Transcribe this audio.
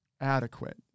Adequate